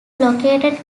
located